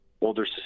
older